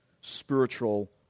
spiritual